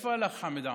לאיפה הלך חמד עמאר?